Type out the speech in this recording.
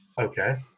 Okay